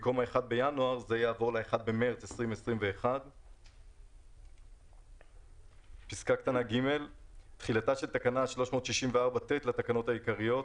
במקום ב-1 בינואר זה יעבור ל-1 במרץ 2021. (ג)תחילתה של תקנה 364ט לתקנות העיקריות,